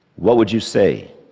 what would you say?